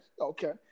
okay